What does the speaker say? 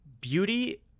beauty